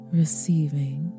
receiving